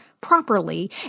properly